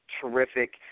terrific